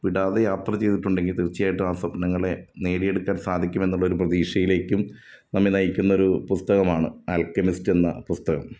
വിടാതെ യാത്ര ചെയ്തിട്ടുണ്ടെങ്കിൽ തീര്ച്ചയായിട്ടും ആ സ്വപ്നങ്ങളെ നേടിയെടുക്കാന് സാധിക്കുമെന്നുള്ള ഒരു പ്രതീക്ഷയിലേക്കും നമ്മെ നയിക്കുന്ന ഒരു പുസ്തകമാണ് ആല്ക്കെമിസ്റ്റ് എന്ന പുസ്തകം